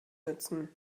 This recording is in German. nützen